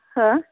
हा